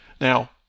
Now